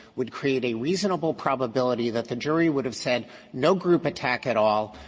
would create a reasonable probability that the jury would have said no group attack at all,